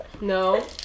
No